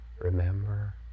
remember